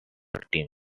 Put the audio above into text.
team